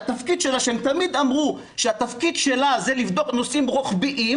שהם תמיד אמרו שהתפקיד שלה זה לבדוק נושאים רוחביים,